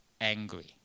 angry